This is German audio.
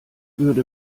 würde